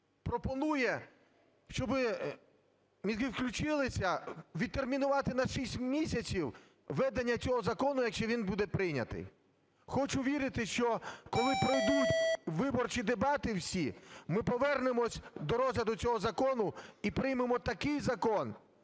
пропонує, щоби мізки включилися:відтермінувати на 6 місяців введення цього закону, якщо він буде прийнятий. Хочу вірити, що коли пройдуть виборчі дебати всі, ми повернемось до розгляду цього закону і приймемо такий закон,